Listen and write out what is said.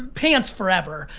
pants, forever,